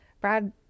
Brad